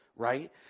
Right